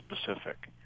specific